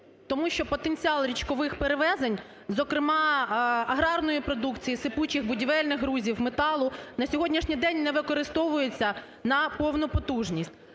Тому що потенціал річкових перевезень, зокрема аграрної продукції, сипучих, будівельних грузів, металу, на сьогоднішній день не використовуються на повну потужність.